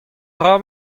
dra